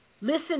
Listen